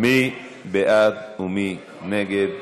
מי בעד ומי נגד?